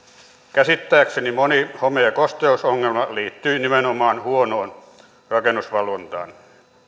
käsittääkseni moni home ja kosteusongelma liittyy nimenomaan huonoon rakennusvalvontaan